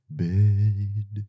bed